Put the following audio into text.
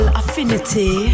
affinity